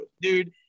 dude